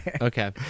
Okay